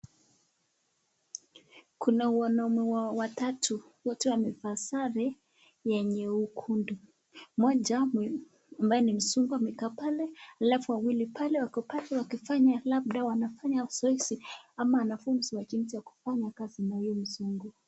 Kuna wanaume watatu wote wamevaa sare yenye ukundu. Moja ambaye ni mzungu amekaa pale alafu wawili wako pale labda wanafanya zoezi ama wanafunzwa jinsi ya kufanya kazi ya yule mzungu.